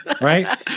Right